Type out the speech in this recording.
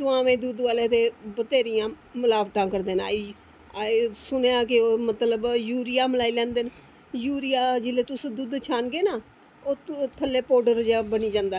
चुआमें दुद्ध आह्ले ते बथ्हेरियां मलावटां करदे न ते सुनेआ कि ओह् मतलब यूरिया मलाई लैंदे न यूरिया जेल्लै तुस दुद्ध छानगे ना ते ओह् थल्लै पाऊडर जेहा बनी जंदा